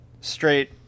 straight